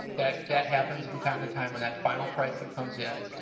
that that happens from time to time. when that final pricing comes in,